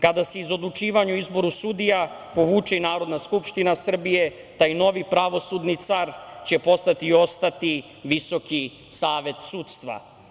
Kada se iz odlučivanja o izboru sudija povuče i Narodna skupština Srbije, taj novi pravosudni car će postati i ostati Visoki savet sudstva.